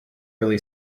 really